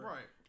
Right